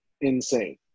insane